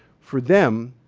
for them,